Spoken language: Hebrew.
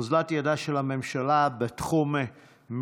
בנושאים הבאים: אוזלת ידה של הממשלה בתחום המדיני,